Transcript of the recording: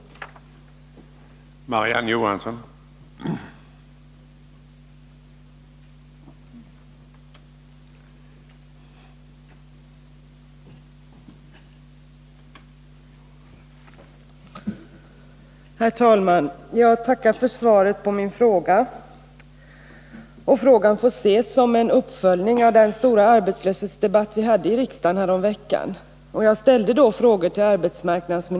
att förbättra situationen på arbetsförmedlingarna